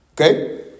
Okay